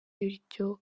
ibyo